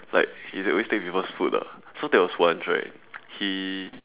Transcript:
like he always take people's food lah so there was once right he